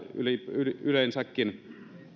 yleensäkin